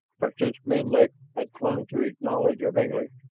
but since menlik had clung to his knowledge of english,